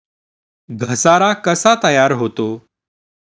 घसारा कसा तयार होतो?